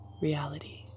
reality